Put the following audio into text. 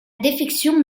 défection